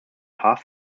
half